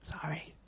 Sorry